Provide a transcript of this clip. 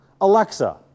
Alexa